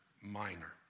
Minor